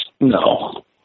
No